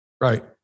Right